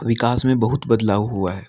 विकास में बहुत बदलाव हुआ है